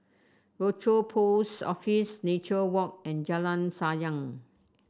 Rochor Post Office Nature Walk and Jalan Sayang